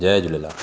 Jay Jhulelal